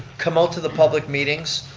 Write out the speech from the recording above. come out to the public meetings,